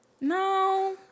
No